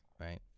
right